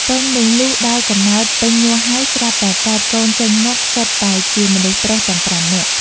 ពងនោះ លុះដល់កំណើតពេលញាស់ហើយ ស្រាប់តែកើតកូនចេញមក សុទ្ធតែជាមនុស្សប្រុសទាំង ៥ នាក់។